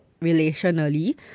relationally